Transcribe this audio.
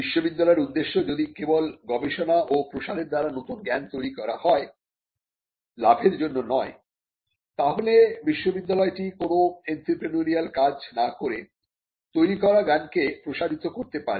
বিশ্ববিদ্যালয়ের উদ্দেশ্য যদি কেবল গবেষণা ও প্রসারের দ্বারা নতুন জ্ঞান তৈরি করা হয় লাভের জন্য নয় তাহলে বিশ্ববিদ্যালয়টি কোন এন্ত্রেপ্রেনিউরিয়াল কাজ না করে তৈরি করা জ্ঞানকে প্রসারিত করতে পারে